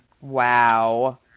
wow